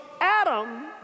Adam